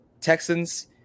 Texans